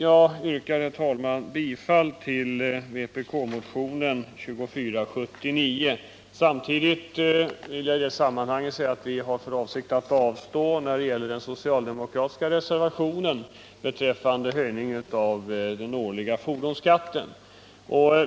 Jag yrkar, herr talman, bifall till vpk-motionen 2479. Samtidigt vill jag säga att vi har för avsikt att avstå från att rösta beträffande den socialdemokratiska reservationen om höjning av den årliga fordonskatten.